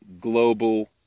global